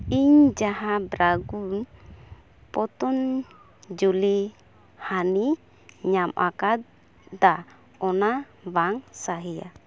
ᱤᱧ ᱡᱟᱦᱟᱸ ᱵᱨᱟᱱᱰ ᱯᱚᱛᱚᱧᱡᱚᱞᱤ ᱦᱟᱱᱤ ᱧᱟᱢ ᱟᱠᱟᱫᱟ ᱚᱱᱟ ᱵᱟᱝ ᱥᱟᱦᱤᱭᱟ